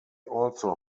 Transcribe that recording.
also